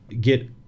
get